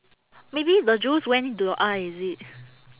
maybe the juice went into your eye is it